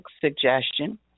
suggestion